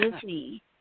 Disney